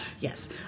Yes